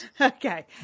okay